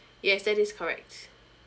yes that is correct